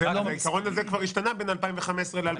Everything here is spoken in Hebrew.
העיקרון הזה כבר השתנה בין 2015 ל-2019.